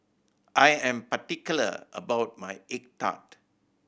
I am particular about my egg tart